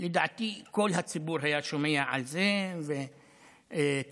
לדעתי כל הציבור היה שומע על זה, ותמונות